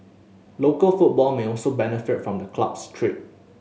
local football may also benefit from the club's trip